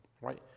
right